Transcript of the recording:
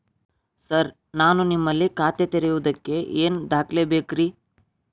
Sir ನಾನು ನಿಮ್ಮಲ್ಲಿ ಖಾತೆ ತೆರೆಯುವುದಕ್ಕೆ ಏನ್ ದಾಖಲೆ ಬೇಕ್ರಿ?